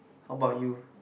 how about you